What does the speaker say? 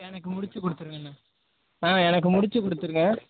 எனக்கு முடிச்சு கொடுத்துடுங்கண்ண ஆ எனக்கு முடிச்சு கொடுத்துடுங்க